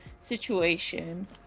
situation